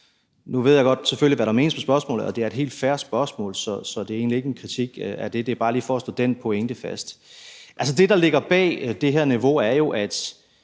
Nu ved jeg selvfølgelig godt, hvad der menes med spørgsmålet, og det er et helt fair spørgsmål, så det er egentlig ikke en kritik af det. Det er bare lige for at slå den pointe fast. Det, der ligger bag det her niveau, er jo, at